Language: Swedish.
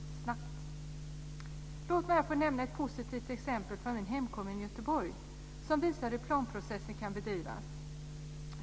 Låt mig här få nämna ett positivt exempel från min hemkommun Göteborg som visar hur planprocessen kan bedrivas.